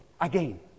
again